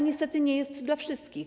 Niestety nie jest dla wszystkich.